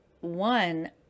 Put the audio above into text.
one